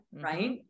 right